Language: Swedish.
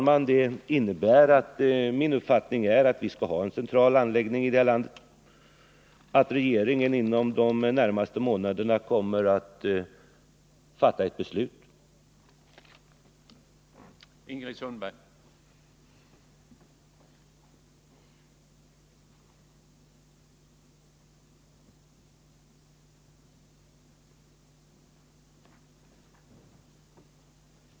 Min uppfattning är således, herr talman, att vi skall ha en central anläggning för behandling av miljöfarligt avfall. Regeringen kommer inom de närmaste månaderna att fatta ett beslut om det.